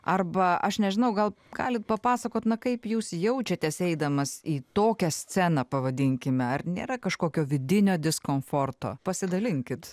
arba aš nežinau gal galit papasakot na kaip jūs jaučiatės eidamas į tokią sceną pavadinkime ar nėra kažkokio vidinio diskomforto pasidalinkit